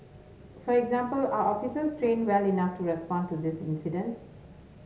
for example are officers trained well enough to respond to these incidents